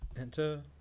enter